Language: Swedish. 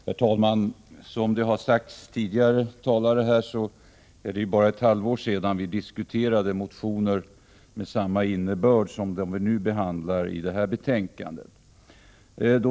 Herr talman! Som tidigare talare har sagt är det bara ett halvår sedan vi diskuterade motioner med samma innebörd som de som behandlas i detta betänkande.